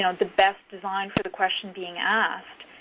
you know the best design for the question being asked.